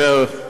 באופוזיציה.